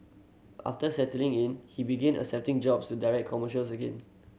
after settling in he began accepting jobs to direct commercials again